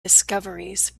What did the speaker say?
discoveries